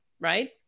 right